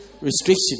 restriction